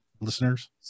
listeners